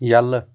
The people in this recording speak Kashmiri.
یلہٕ